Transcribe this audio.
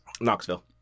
Knoxville